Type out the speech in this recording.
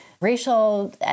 racial